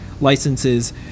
licenses